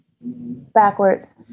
Backwards